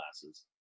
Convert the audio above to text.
classes